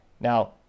Now